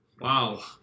Wow